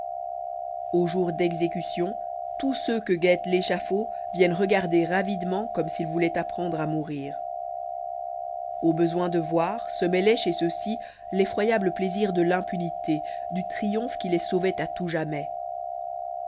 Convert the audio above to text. jours d'exécution tous ceux que guette l'échafaud viennent regarder avidement comme s'ils voulaient apprendre à mourir au besoin de voir se mêlait chez ceux-ci l'effroyable plaisir de l'impunité du triomphe qui les sauvait à tout jamais